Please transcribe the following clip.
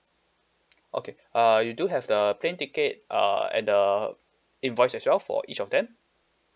okay uh you do have the plane ticket uh and the invoice as well for each of them